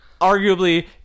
arguably